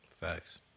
Facts